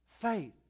Faith